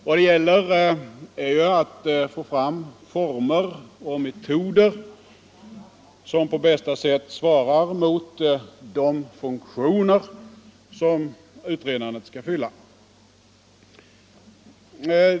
Vad det gäller är ju att få fram former och metoder som på bästa sätt svarar mot de funktioner som utredandet skall fylla.